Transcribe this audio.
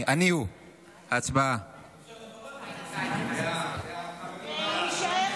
ההצעה להעביר את הצעת חוק צער בעלי חיים (הגנה על בעלי חיים) (תיקון,